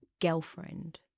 girlfriend